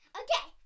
okay